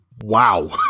Wow